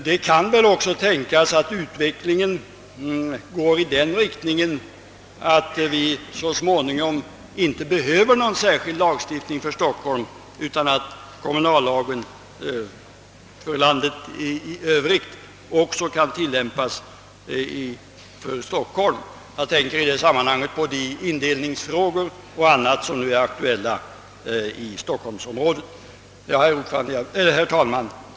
Det kan väl också tänkas att utvecklingen går i den riktningen, att vi så småningom inte behöver någon särskild lagstiftning för Stockholm utan att kommunallagen för landet i övrigt också kan tillämpas i Stockholm. Jag tänker i det sammanhanget på de indelningsfrågor som är aktuella i stockholmsområdet. Herr talman!